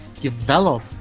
develop